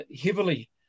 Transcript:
heavily